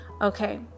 Okay